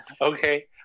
Okay